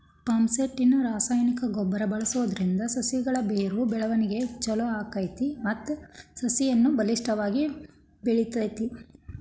phosphate ನ ರಾಸಾಯನಿಕ ಗೊಬ್ಬರ ಬಳ್ಸೋದ್ರಿಂದ ಸಸಿಗಳ ಬೇರು ಬೆಳವಣಿಗೆ ಚೊಲೋ ಆಗ್ತೇತಿ ಮತ್ತ ಸಸಿನು ಬಲಿಷ್ಠವಾಗಿ ಬೆಳಿತೇತಿ